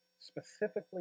specifically